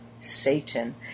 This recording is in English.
Satan